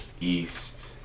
east